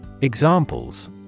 Examples